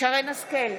שרן מרים השכל,